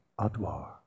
Adwar